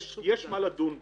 יש מה לדון בה.